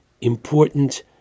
important